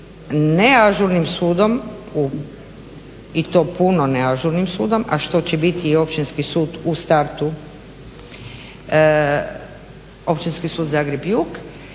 neažurnim sudom i to puno neažurnim sudom, a što će biti općinski sud u startu Općinski sud Zagreb jug